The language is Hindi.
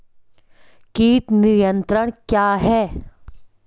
कीट नियंत्रण क्या है?